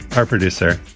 our producer,